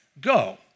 Go